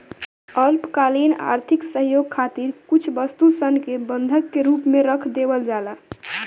अल्पकालिक आर्थिक सहयोग खातिर कुछ वस्तु सन के बंधक के रूप में रख देवल जाला